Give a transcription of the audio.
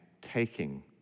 taking